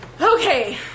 Okay